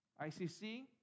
ICC